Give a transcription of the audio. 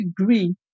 agree